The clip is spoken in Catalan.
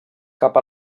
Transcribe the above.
cap